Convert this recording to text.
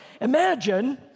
imagine